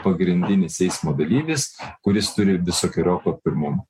pagrindinis eismo dalyvis kuris turi visokeriopą pirmumą